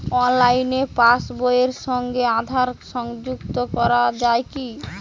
অনলাইনে পাশ বইয়ের সঙ্গে আধার সংযুক্তি করা যায় কি?